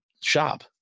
shop